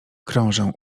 krążę